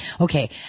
okay